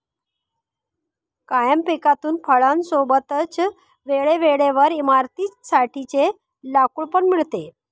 कायम पिकातून फळां सोबतच वेळे वेळेवर इमारतीं साठी चे लाकूड पण मिळते